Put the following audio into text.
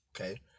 Okay